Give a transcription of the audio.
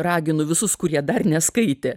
raginu visus kurie dar neskaitė